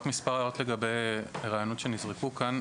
רק מספר הערות לגבי רעיונות שנזרקו כאן.